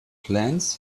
plans